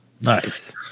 Nice